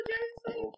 Jason